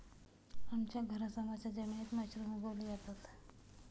आमच्या घरासमोरच्या जमिनीत मशरूम उगवले जातात